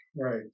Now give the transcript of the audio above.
Right